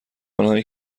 آنهایی